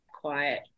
quiet